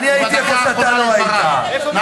איפה אתם הייתם כולכם?